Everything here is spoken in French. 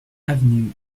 avenue